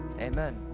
Amen